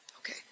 okay